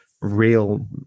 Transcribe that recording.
real